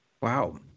Wow